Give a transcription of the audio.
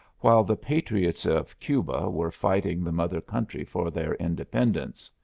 while the patriots of cuba were fighting the mother country for their independence.